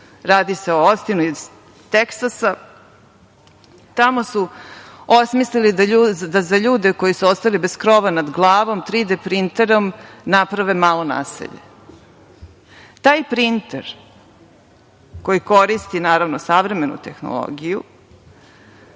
se o Ostinu iz Teksasa. Tamo su osmislili da za ljude koji su ostali bez krova nad glavom 3D printerom naprave malo naselje. Taj printer koji koristi, naravno, savremenu tehnologiju